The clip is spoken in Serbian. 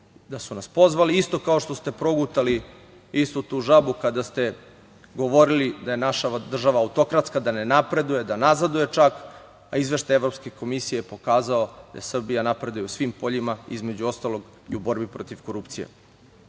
da su nas pozvali. Isto kao što ste progutali istu tu žabu kada ste govorili da je naša država autokratska, da ne napreduje, da nazaduje čak, a izveštaj Evropske komisije je pokazao da Srbija napreduje u svim poljima, između ostalog i u borbi protiv korupcije. Da